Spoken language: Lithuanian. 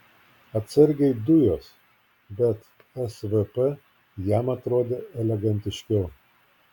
atsargiai dujos bet svp jam atrodė elegantiškiau